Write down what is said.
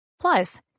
Plus